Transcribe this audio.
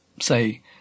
say